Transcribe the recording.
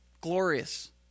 glorious